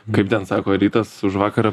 kaip ten sako rytas už vakarą